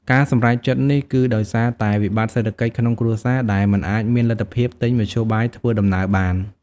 ការសម្រេចចិត្តនេះគឺដោយសារតែវិបត្តិសេដ្ឋកិច្ចក្នុងគ្រួសារដែលមិនអាចមានលទ្ធភាពទិញមធ្យោបាយធ្វើដំណើរបាន។